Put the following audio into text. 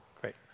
Great